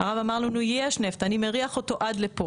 הרב אמר לנו: יש נפט, אני מריח אותו עד לפה.